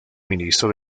ministro